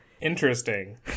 Interesting